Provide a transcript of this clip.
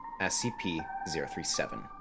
SCP-037